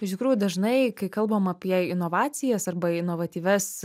iš tikrųjų dažnai kai kalbam apie inovacijas arba inovatyvias